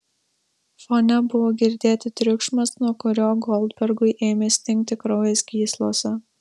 fone buvo girdėti triukšmas nuo kurio goldbergui ėmė stingti kraujas gyslose